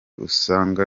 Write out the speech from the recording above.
usanga